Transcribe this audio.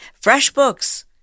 FreshBooks